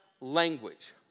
language